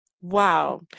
Wow